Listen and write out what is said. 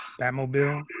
Batmobile